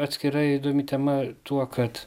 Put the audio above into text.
atskira įdomi tema tuo kad